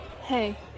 Hey